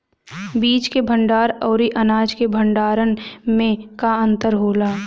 बीज के भंडार औरी अनाज के भंडारन में का अंतर होला?